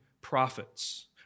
prophets